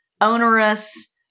onerous